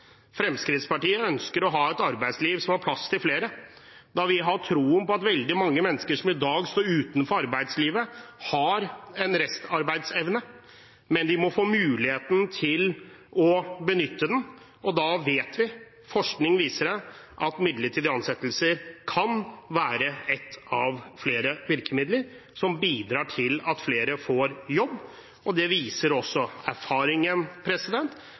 Fremskrittspartiet ønsker å ha et arbeidsliv som har plass til flere, da vi har troen på at veldig mange mennesker som i dag står utenfor arbeidslivet, har en restarbeidsevne, men at de må få muligheten til å benytte den. Da vet vi – forskning viser det – at midlertidige ansettelser kan være ett av flere virkemidler som bidrar til at flere får jobb. Det viser også erfaringen: